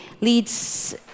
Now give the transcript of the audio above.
leads